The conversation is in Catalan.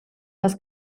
les